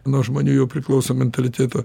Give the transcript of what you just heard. nuo žmonių jau priklauso mentaliteto